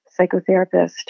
psychotherapist